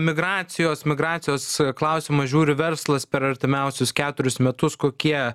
imigruoja migracijos migracijos klausimą žiūri verslas per artimiausius ketverius metus kokie